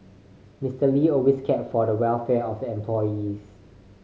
Mister Lee always cared for the welfare of the employees